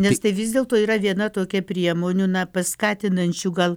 nes tai vis dėlto yra viena tokia priemonių na paskatinančių gal